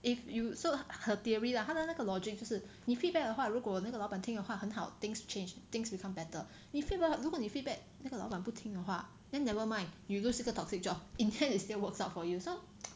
if you so her theory lah 他的那个 logic 就是你 feedback 的话如果那个老板听的话很好 things change things become better 你 feedback 如果你 feedback 那个老板不听话 then never mind you lose 一个 toxic job in the end it still works out for you so